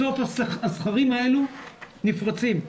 בסוף הסכרים האלה נפרצים.